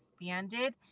expanded